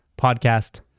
podcast